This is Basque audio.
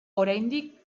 oraindik